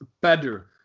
better